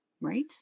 right